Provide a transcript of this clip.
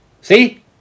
See